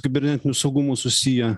kibernetiniu saugumu susiję